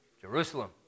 Jerusalem